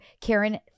Karen